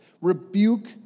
Rebuke